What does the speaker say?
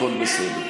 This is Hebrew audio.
הכול בסדר.